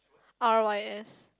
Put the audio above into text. R_Y_S